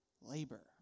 labor